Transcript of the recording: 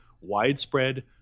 widespread